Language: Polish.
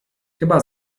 chyba